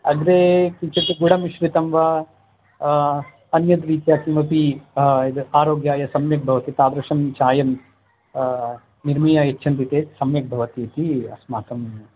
अग्रे किञ्चित् गुडमिश्रितं वा अन्यद्रीत्या किमपि यद् आरोग्याय सम्यक् भवति तादृशं चायं निर्मीय यच्छन्ति चेत् सम्यक् भवति इति अस्माकम्